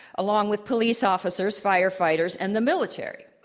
along with police officers, firefighters and the military.